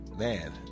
Man